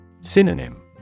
Synonym